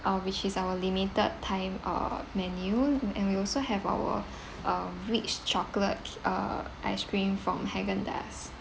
uh which is our limited time uh menu and we also have our uh rich chocolate uh ice cream from Haagen Dazs